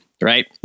right